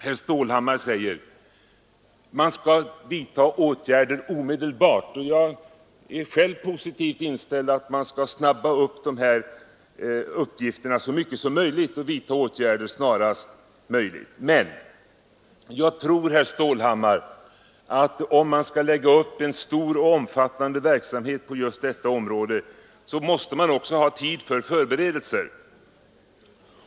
Herr Stålhammar säger att man skall vidta åtgärder omedelbart, och jag är själv positivt inställd till att man skall snabba upp detta så mycket det går och vidta åtgärder snarast möjligt. Men jag tror, herr Stålhammar, att om man skall lägga upp en stor och omfattande verksamhet på detta område måste man också ha tid för förberedelser.